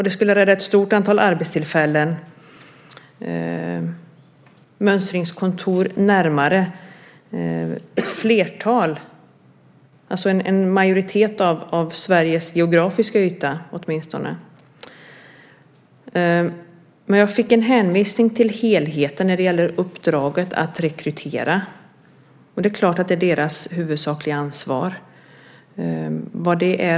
Det skulle rädda ett stort antal arbetstillfällen och ge ett mönstringskontor på närmare håll för en majoritet av Sveriges geografiska yta. Jag fick en hänvisning till helheten när det gäller uppdraget att rekrytera. Det är naturligtvis deras huvudsakliga ansvar.